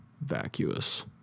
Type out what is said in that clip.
vacuous